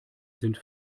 sind